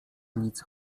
nic